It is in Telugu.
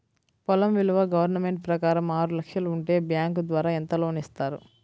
పొలం విలువ గవర్నమెంట్ ప్రకారం ఆరు లక్షలు ఉంటే బ్యాంకు ద్వారా ఎంత లోన్ ఇస్తారు?